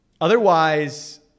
Otherwise